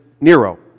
Nero